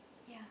yeah